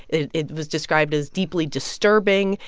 it it was described as deeply disturbing,